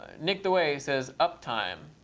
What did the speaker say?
nicktheway says uptime.